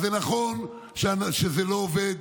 אז נכון שזה לא עובד,